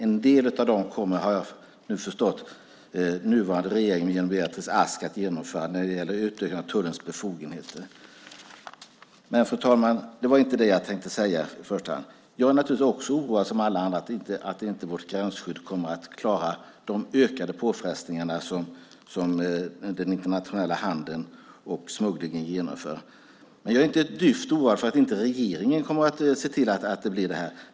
En del av dem kommer, har jag förstått, nuvarande regering genom Beatrice Ask att genomföra när det gäller utökning av tullens befogenheter. Men, fru talman, det var inte det jag tänkte säga i första hand. Jag är naturligtvis också oroad, som alla andra, för att vårt gränsskydd inte kommer att klara de ökade påfrestningar som den internationella handeln och smugglingen innebär. Men jag är inte ett dyft orolig för att regeringen inte kommer att se till att vidta åtgärder.